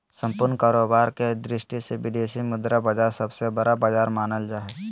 सम्पूर्ण कारोबार के दृष्टि से विदेशी मुद्रा बाजार सबसे बड़ा बाजार मानल जा हय